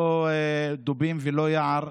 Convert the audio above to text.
לא דובים ולא יער,